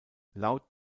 laut